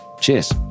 Cheers